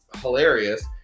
hilarious